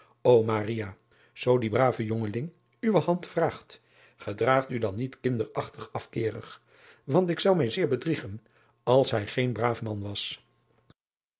o oo die brave jongeling uwe hand vraagt gedraag u dan niet kinderachtig afkeerig want ik zou mij zeer bedriegen als hij geen braaf man was